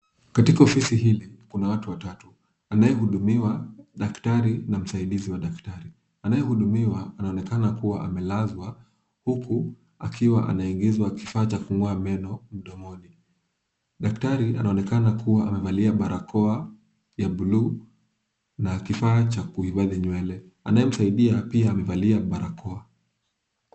Katika ofisi hili, kuna watu watatu. Anaye hudumiwa daktari na msaidizi wa daktari. Anayehudumiwa anonekana kuwa amelazwa, huku akiwa anaingizwa kifaa cha kungoa meno mdomoni. Daktari anonekana kuwa amevalia barakoa ya buluu na kifaa cha kuhifadhi nywele. Anaye msaidia pia amevalia barakoa.